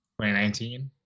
2019